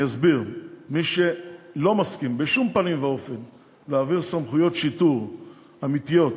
אני אסביר: מי שלא מסכים בשום פנים ואופן להעביר סמכויות שיטור אמיתיות